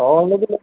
ଛଅ ଗୁଣ୍ଠ ବିଲ